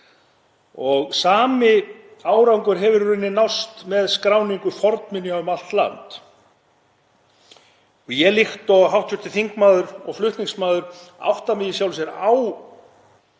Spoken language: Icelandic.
Sami árangur hefur í rauninni náðst með skráningu fornminja um allt land. Ég, líkt og hv. þingmaður og flutningsmaður, átta mig í sjálfu sér á